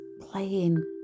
playing